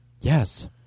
Yes